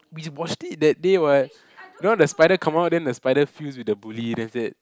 we watched it that day [what] you know the spider come out then the spider fuse with the bully that's it